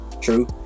true